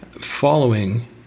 following